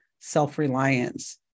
self-reliance